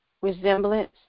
resemblance